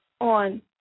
on